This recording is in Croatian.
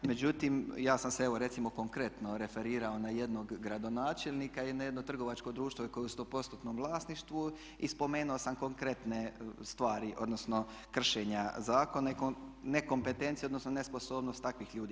Međutim, ja sam se evo recimo konkretno referirao na jednog gradonačelnika i na jedno trgovačko društvo koje je u 100%-nom vlasništvu i spomenuo sam konkretne stvari odnosno kršenja zakona i nekompetencije odnosno nesposobnost takvih ljudi.